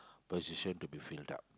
position to be filled up